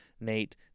Nate